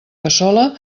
cassola